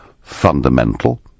fundamental